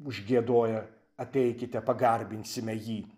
užgiedoja ateikite pagarbinsime jį